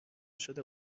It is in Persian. شده